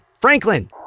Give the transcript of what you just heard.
Franklin